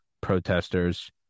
protesters